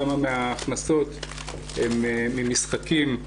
כמה מההכנסות הם ממשחקים,